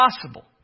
possible